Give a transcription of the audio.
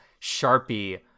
Sharpie